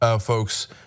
folks